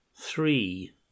three